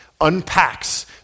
unpacks